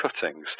cuttings